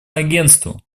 агентству